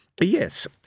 Yes